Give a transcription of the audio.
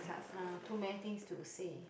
uh too many things to see